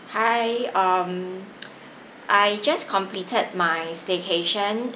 hi um I just completed my staycation